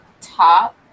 Top